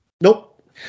Nope